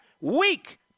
weak